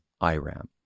IRAM